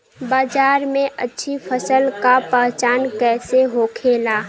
बाजार में अच्छी फसल का पहचान कैसे होखेला?